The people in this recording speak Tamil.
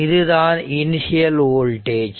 இதுதான் இனிஷியல் வோல்டேஜ்